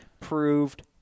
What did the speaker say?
proved